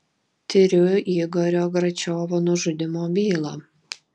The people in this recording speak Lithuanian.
tiriu igorio gračiovo nužudymo bylą